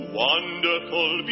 wonderful